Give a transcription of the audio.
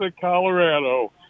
Colorado